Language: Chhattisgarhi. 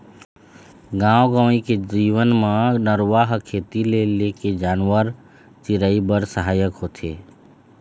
गाँव गंवई के जीवन म नरूवा ह खेती ले लेके जानवर, चिरई बर सहायक होथे